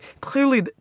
clearly